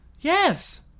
yes